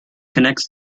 connects